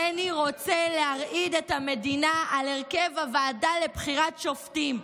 בני רוצה להרעיד את המדינה על הרכב הוועדה לבחירת שופטים.